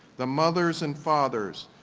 the mothers and fathers,